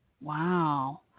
Wow